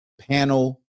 panel